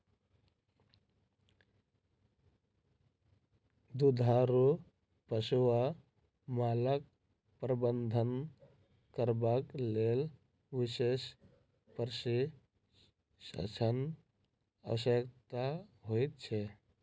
दुधारू पशु वा मालक प्रबंधन करबाक लेल विशेष प्रशिक्षणक आवश्यकता होइत छै